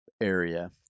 area